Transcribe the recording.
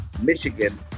Michigan